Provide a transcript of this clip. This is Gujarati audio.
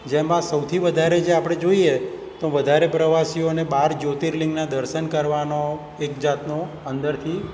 જેમાં સૌથી વધારે જે આપણે જોઈએ તો વધારે પ્રવાસીઓને બાર જ્યોર્તિલિંગના દર્શન કરવાનો એકજાતનો અંદરથી